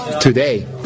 today